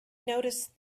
noticed